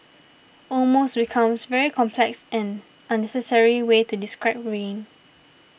almost becomes very complex and unnecessary way to describe rain